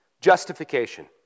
Justification